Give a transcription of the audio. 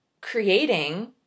creating